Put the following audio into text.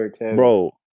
Bro